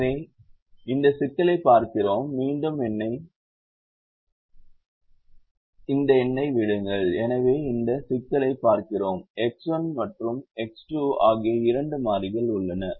எனவே இந்த சிக்கலைப் பார்க்கிறோம் மீண்டும் என்னை விடுங்கள் எனவே இந்த சிக்கலைப் பார்க்கிறோம் X1 மற்றும் X2 ஆகிய இரண்டு மாறிகள் உள்ளன